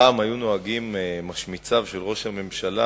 פעם היו נוהגים משמיציו של ראש הממשלה